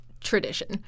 tradition